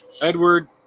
Edward